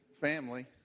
family